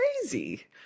crazy